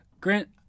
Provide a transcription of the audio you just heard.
Grant